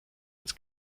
ins